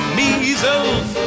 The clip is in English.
measles